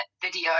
video